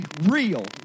real